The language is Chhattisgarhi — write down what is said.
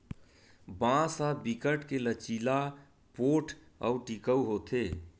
बांस ह बिकट के लचीला, पोठ अउ टिकऊ होथे